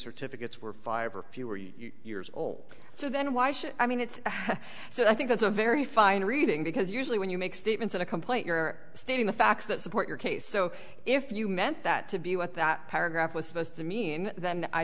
certificates were five or fewer years old so then why should i mean it's so i think that's a very fine reading because usually when you make statements in a complaint you're stating the facts that support your case so if you meant that to be what that paragraph was supposed to mean then i